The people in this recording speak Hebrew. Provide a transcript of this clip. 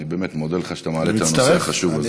אני באמת מודה לך שאתה מעלה את הנושא החשוב הזה.